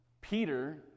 Peter